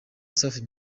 safi